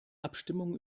abstimmung